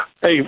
Hey